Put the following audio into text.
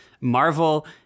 Marvel